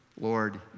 Lord